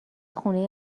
خونه